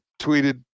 tweeted